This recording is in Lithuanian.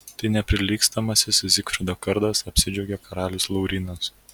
tai neprilygstamasis zigfrido kardas apsidžiaugė karalius laurynas